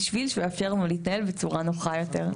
בשביל שהוא יאפשר לנו להתנהל בצורה נוחה יותר.